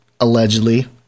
allegedly